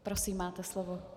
Prosím, máte slovo.